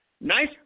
nice